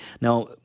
Now